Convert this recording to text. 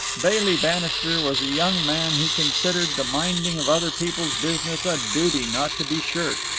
bailey bannister was a young man who considered the minding of other people's business a duty not to be shirked.